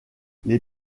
les